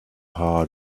heart